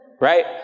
right